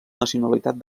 nacionalitat